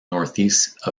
northeast